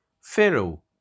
Pharaoh